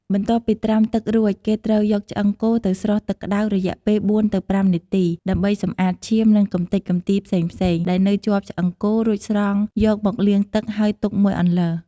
បន្ទាប់ពីត្រាំទឹករួច គេត្រូវយកឆ្អឹងគោទៅស្រុះទឹកក្ដៅរយៈពេលបួនទៅប្រាំនាទី ដើម្បីសម្អាតឈាម និងកម្ទេចកម្ទីផ្សេងៗដែលនៅជាប់ឆ្អឹងគោ រួចស្រង់យកមកលាងទឹកហើយទុកមួយអន្លើ។